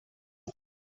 und